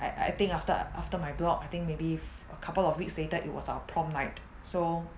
I I think after after my blog I think maybe a couple of weeks later it was our prom night so